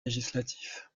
législatif